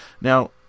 Now